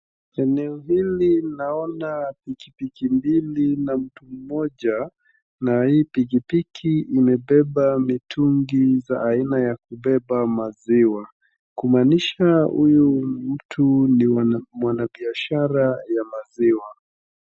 Eneo hili naona pikipiki mbili na mtu mmoja na hii pikipiki imebeba mitungi za aina ya kubeba maziwa. Kumaanisha huyu mtu ni mwanabiashara ya maziwa.